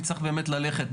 אני צריך באמת ללכת,